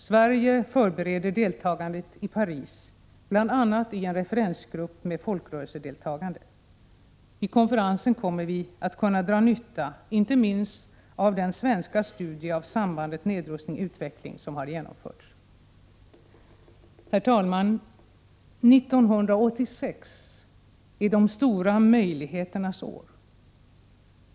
Sverige förbereder deltagandet i Paris bl.a. i en referensgrupp med folkrörelsedeltagande. Vid konferensen kommer vi att kunna dra nytta inte minst av den svenska studie av sambandet nedrustning/utveckling som har genomförts. Herr talman! 1986 är de stora möjligheternas år.